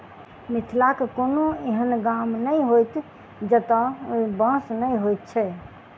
मिथिलाक कोनो एहन गाम नहि होयत जतय बाँस नै होयत छै